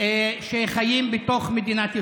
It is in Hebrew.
שחיות בתוך מדינת ישראל.